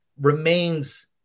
remains